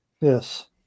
Yes